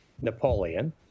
Napoleon